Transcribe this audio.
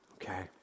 Okay